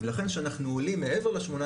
ולכן כשאנחנו עולים מעבר ל-18%,